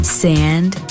sand